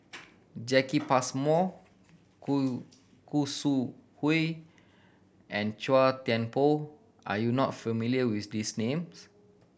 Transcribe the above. Jacki Passmore Khoo Khoo Sui Hoe and Chua Thian Poh are you not familiar with these names